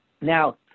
Now